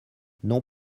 non